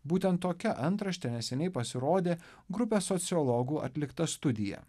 būtent tokia antrašte neseniai pasirodė grupės sociologų atlikta studija